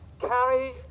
carry